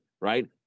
right